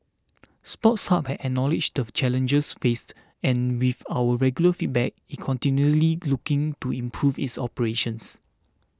Sports Hub has acknowledged the challenges faced and with our regular feedback it continuously looking to improve its operations